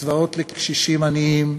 לקצבאות לקשישים עניים,